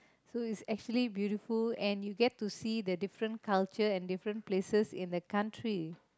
so it's actually beautiful and you get to see the different culture and different places and in their country